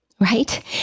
right